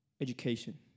Education